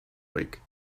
week